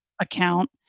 account